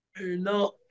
No